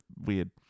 weird